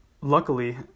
luckily